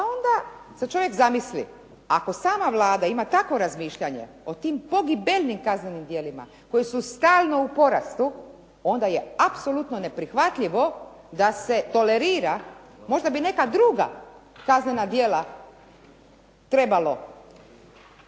pa onda se čovjek zamisli. Ako sama Vlada ima takvo razmišljanje o tim pogibeljnim kaznenim djelima koji su stalno u porastu, onda je apsolutno neprihvatljivo da se tolerira. Možda bi neka druga kaznena djela trebalo